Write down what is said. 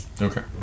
Okay